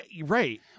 right